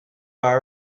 bar